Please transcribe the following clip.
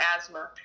asthma